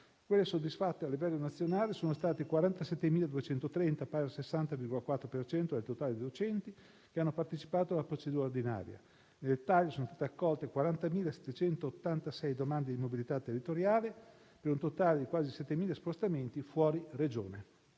quelle soddisfatte a livello nazionale sono state 47.230, pari al 60,4 per cento del totale dei docenti che hanno partecipato alla procedura ordinaria. Nel dettaglio, sono state accolte 40.786 domande di mobilità territoriale, per un totale di quasi 7.000 spostamenti fuori Regione.